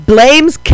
Blames